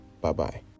Bye-bye